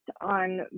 on